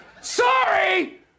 Sorry